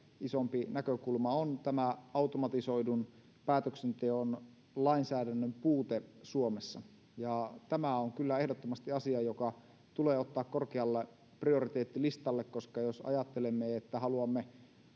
isompi näkökulma on tämä automatisoidun päätöksenteon lainsäädännön puute suomessa tämä on kyllä ehdottomasti asia joka tulee ottaa korkealle prioriteettilistalla koska jos ajattelemme että haluamme